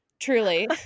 Truly